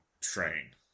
train